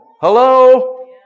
Hello